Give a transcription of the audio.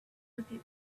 people